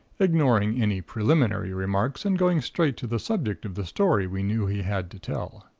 ignoring any preliminary remarks, and going straight to the subject of the story we knew he had to tell